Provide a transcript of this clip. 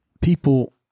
people